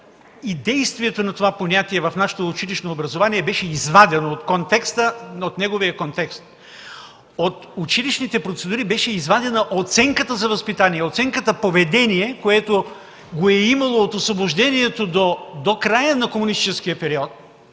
и действието на това понятие в нашето училищно образование беше извадено от неговия контекст. От училищните процедури беше извадена оценката за възпитание. Оценката „поведение”, която я имаше, беше възприета от Освобождението до края на комунистическия период,